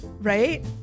Right